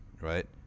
right